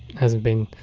hasn't been.